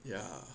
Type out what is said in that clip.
ya